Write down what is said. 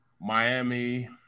Miami